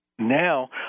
Now